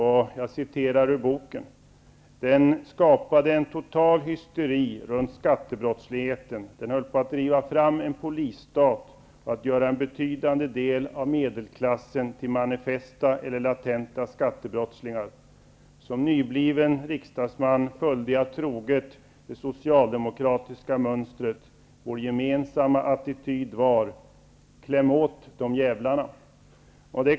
Han skriver att den skapade en total hysteri runt skattebrottsligheten och den höll på att driva fram en polisstat. En betydande del av medelklassen höll på att bli manifesta eller latenta skattebrottslingar. Som nybliven riksdagsman följde han troget det socialdemokratiska mönstret. Den gemensamma attityden var: ''Kläm åt de djävlarna!''